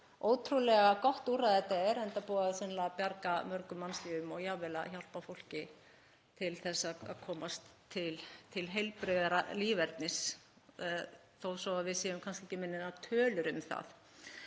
ótrúlega gott úrræði þetta er, enda sennilega búið að bjarga mörgum mannslífum og jafnvel hjálpa fólki til að komast til heilbrigðara lífernis þó svo að við séum kannski ekki með neinar tölur um það.